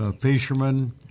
fisherman